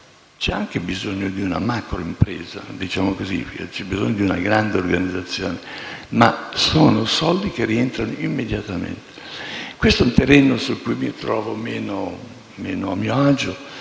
C'è anche bisogno di una macroimpresa, diciamo così: c'è bisogno di una grande organizzazione, ma sono soldi che rientrano immediatamente. Questo è un terreno su cui mi trovo meno a mio agio,